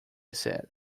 said